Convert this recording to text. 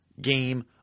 game